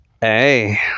Hey